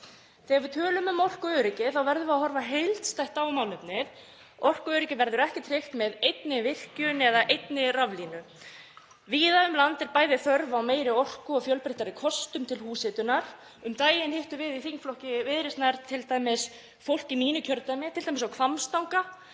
Þegar við tölum um orkuöryggi þá verðum við að horfa heildstætt á málefnið. Orkuöryggi verður ekki tryggt með einni virkjun eða einni raflínu. Víða um land er bæði þörf á meiri orku og fjölbreyttari kostum til húshitunar. Um daginn hittum við í þingflokki Viðreisnar t.d. fólk í mínu kjördæmi, m.a. á Hvammstanga.